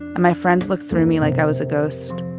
and my friends looked through me like i was a ghost.